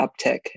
uptick